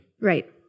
Right